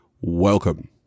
welcome